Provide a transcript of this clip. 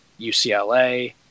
UCLA